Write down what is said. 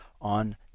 on